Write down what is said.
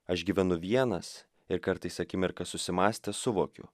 aš gyvenu vienas ir kartais akimirką susimąstęs suvokiu